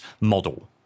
model